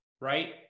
Right